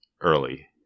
early